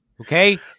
Okay